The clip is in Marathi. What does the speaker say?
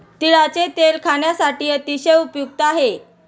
तिळाचे तेल खाण्यासाठी अतिशय उपयुक्त आहे